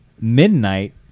Midnight